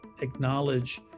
acknowledge